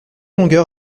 longueur